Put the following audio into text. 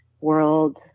world